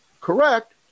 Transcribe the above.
correct